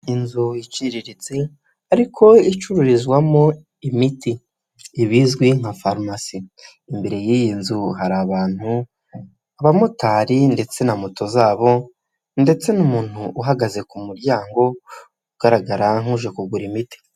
Inzu iciriritse ariko icururizwamo imiti ibizwi nka farumasi, imbere y'iyi nzu hari abantu abamotari ndetse na moto zabo ndetse n'umuntu uhagaze ku muryango ugaragara nk'uje kugura imiti.